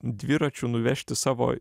dviračiu nuvežti savo